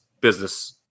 business